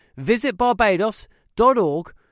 visitbarbados.org